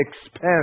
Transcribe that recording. expense